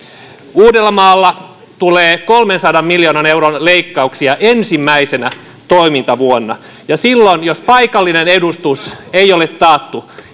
uudellamaalla tulee kolmensadan miljoonan euron leikkauksia ensimmäisenä toimintavuonna ja silloin jos paikallinen edustus ei ole taattu